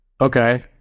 okay